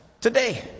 today